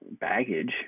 baggage